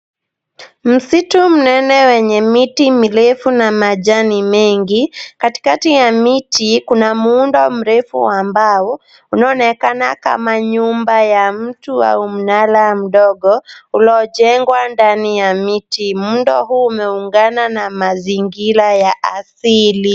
Msitu mnene wenye miti mirefu na majani mengi. Katikati ya miti kuna muundo mrefu wa mbao unaoonekana kama nyumba ya mtu au mnara mdogo uliojengwa ndani ya miti. Muundo huu umeungana na mazingira ya asili.